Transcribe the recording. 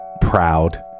proud